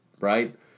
Right